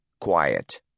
Quiet